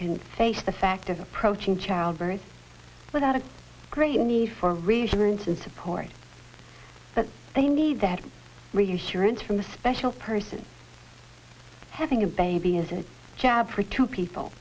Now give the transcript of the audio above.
can face the fact of approaching childbirth without a great need for reassurance and support but they need that reassurance from a special person having a baby is a job for two people